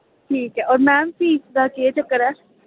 ठीक ऐ ma'am fees दा केह् चक्कर ऐ